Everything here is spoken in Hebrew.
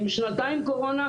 עם שנתיים קורונה,